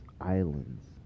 islands